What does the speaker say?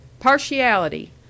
Partiality